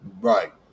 right